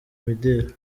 mideli